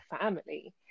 family